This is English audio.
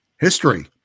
history